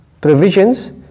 Provisions